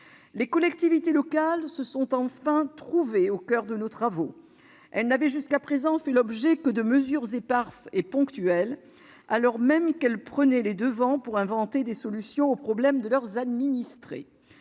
Les collectivités locales se sont enfin trouvées au coeur de nos travaux. Elles n'avaient jusqu'à présent fait l'objet que de mesures éparses et ponctuelles, alors même qu'elles prenaient les devants pour inventer des solutions aux problèmes de leurs administrés.